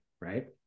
Right